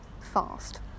fast